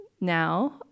now